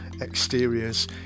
exteriors